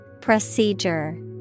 Procedure